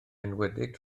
enwedig